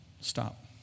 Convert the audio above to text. stop